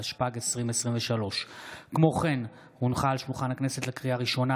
התשפ"ג 2023. לקריאה ראשונה,